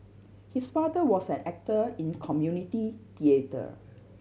his father was an actor in community theatre